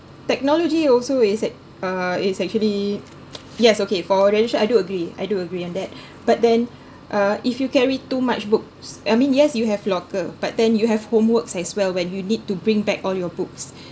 technology also is at uh is actually yes okay for relation I do agree I do agree on that but then uh if you carry too much books I mean yes you have locker but then you have homeworks as well when you need to bring back all your books